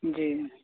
जी